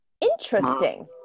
Interesting